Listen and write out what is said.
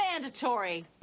mandatory